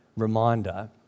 reminder